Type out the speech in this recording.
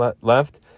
left